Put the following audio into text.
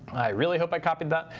really hope i copied that.